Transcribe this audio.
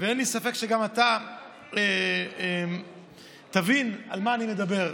ואין לי ספק שגם אתה תבין על מה אני מדבר.